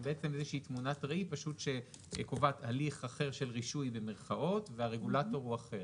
זאת בעצם איזו תמונת ראי שקובעת הליך אחר של "רישוי" והרגולטור הוא אחר.